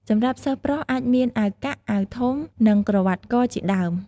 សម្រាប់សិស្សប្រុស អាចមាន អាវកាក់ អាវធំ និងក្រវ៉ាត់កជាដើម។